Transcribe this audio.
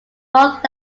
both